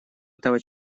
этого